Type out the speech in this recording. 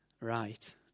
Right